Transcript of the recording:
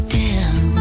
down